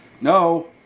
no